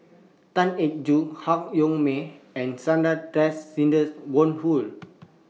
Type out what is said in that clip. Tan Eng Joo Han Yong May and Sidney Woodhull